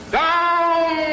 down